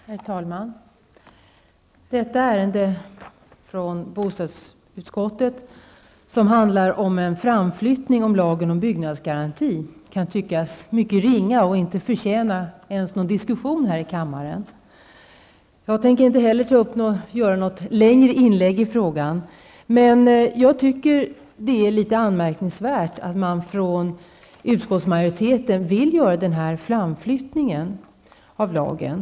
Herr talman! Detta ärende från bostadsutskottet, som handlar om en framflyttning av lagen om byggnadsgaranti, kan tyckas mycket ringa och inte förtjäna ens någon diskussion här i kammaren. Jag tänker inte heller göra något längre inlägg i frågan, men jag tycker att det är litet anmärkningsvärt att utskottsmajoriteten vill göra denna framflyttning av lagen.